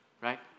Right